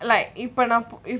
like இப்பநான்இப்ப: ippa naan ippa if